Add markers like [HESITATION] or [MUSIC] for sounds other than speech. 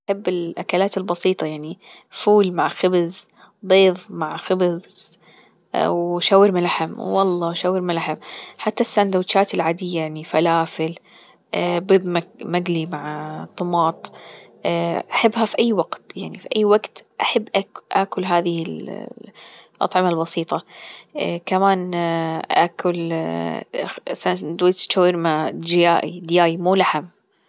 أحب الأكلات البسيطة يعني فول مع خبز بيض مع خبز وشاورما لحم والله شاورما لحم حتى السندوتشات العادية يعني فلافل بيض مقلي مع طماطم [HESITATION] أحبها في أي وقت يعني في أي وقت أحب أكل هذه الأطعمة البسيطة [HESITATION] كمان أكل [HESITATION] سندوتش شاورما الدياي مو لحم.